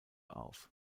auf